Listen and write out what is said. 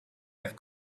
have